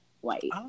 white